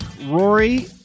rory